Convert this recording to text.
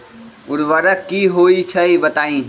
उर्वरक की होई छई बताई?